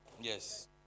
Yes